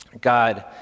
God